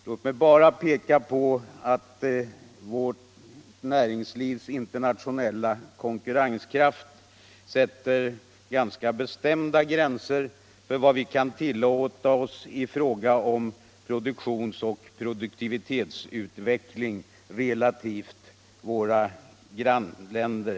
Låt mig bara peka på att vårt näringslivs internationella konkurrenskraft sätter klara gränser för vad vi kan tillåta oss i fråga om produktionsoch produktivitetsutveckling gentemot våra handelspartners.